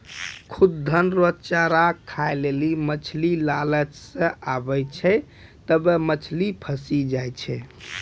खुद्दन रो चारा खाय लेली मछली लालच से आबै छै तबै मछली फंसी जाय छै